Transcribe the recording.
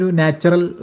natural